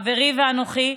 חברי ואנוכי,